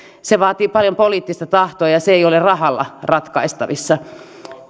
se vaatii paljon poliittista tahtoa ja se ei ole rahalla ratkaistavissa